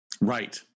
Right